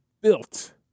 built